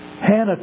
Hannah